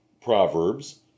Proverbs